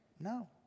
No